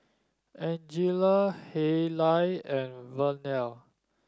Angelia Haylie and Vernelle